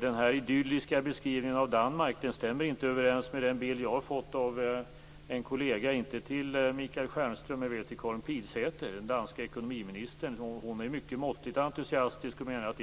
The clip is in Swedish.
Den här idylliska beskrivningen av Danmark stämmer inte överens med den bild jag har fått av en kollega, inte till Michael Stjernström men väl till Karin Pilsäter, den danska ekonomiministern. Hon är måttligt entusiastisk och menar att